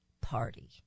Party